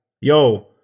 yo